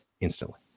instantly